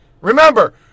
Remember